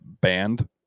banned